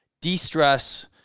de-stress